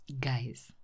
Guys